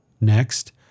Next